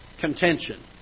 contention